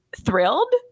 thrilled